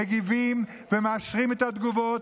מגיבים ומאשרים את התגובות.